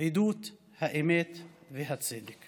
עדות האמת והצדק.